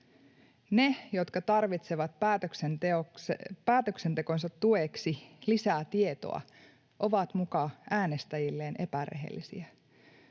Ne, jotka tarvitsevat päätöksentekonsa tueksi lisää tietoa, ovat muka äänestäjilleen epärehellisiä.